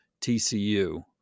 TCU